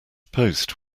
post